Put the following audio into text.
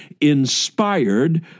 inspired